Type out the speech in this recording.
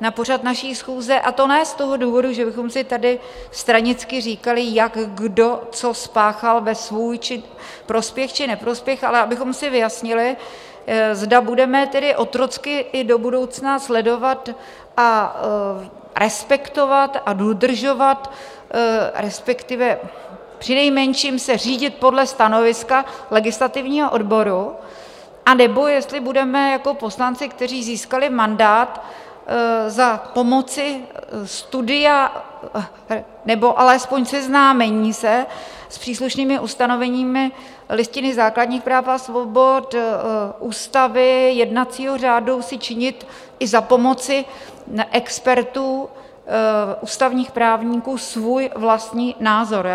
na pořad naší schůze, a to ne z toho důvodu, že bychom si tady stranicky říkali, jak, kdo, co spáchal ve svůj prospěch či neprospěch, ale abychom si vyjasnili, zda budeme tedy otrocky i do budoucna sledovat, respektovat a dodržovat, respektive přinejmenším se řídit podle stanoviska legislativního odboru, anebo jestli budeme jako poslanci, kteří získali mandát za pomoci studia nebo alespoň seznámení se s příslušnými ustanoveními Listiny základních práv a svobod Ústavy, jednacího řádu, si činit i za pomoci expertů, ústavních právníků svůj vlastní názor.